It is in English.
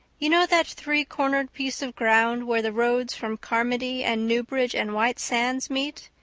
you know that three-cornered piece of ground where the roads from carmody and newbridge and white sands meet?